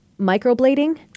Microblading